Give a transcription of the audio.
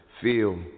feel